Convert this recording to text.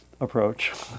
approach